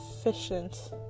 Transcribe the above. efficient